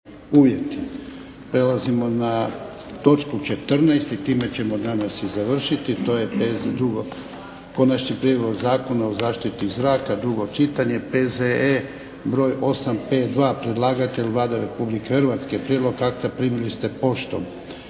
(HDZ)** Prelazimo na točku 14. i time ćemo danas i završiti. To je - Konačni prijedlog Zakona o zaštiti zraka, drugo čitanje, P.Z.E. br. 852 Predlagatelj Vlada Republike Hrvatske. Prijedlog akta primili ste poštom.